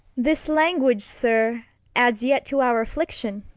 this language, sir, adds yet to our afflic tion.